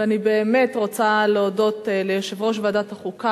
ואני באמת רוצה להודות ליושב-ראש ועדת החוקה,